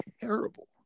terrible